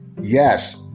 Yes